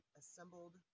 assembled